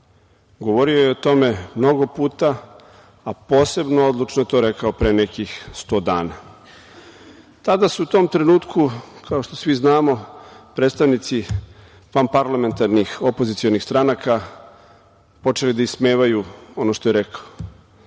Govorio je o tome mnogo puta, a posebno odlučno je to rekao pre nekih 100 dana. U tom trenutku su, kao što svi znamo, predstavnici vanparlamentarnih opozicionih stranaka počeli da ismevaju ono što je rekao.